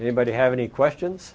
anybody have any questions